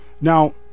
Now